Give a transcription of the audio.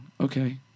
okay